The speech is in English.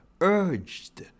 urged